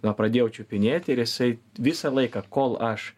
na pradėjau čiupinėti ir jisai visą laiką kol aš